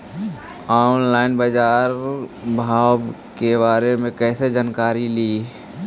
Online बाजार भाव के बारे मे कैसे जानकारी ली?